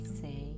say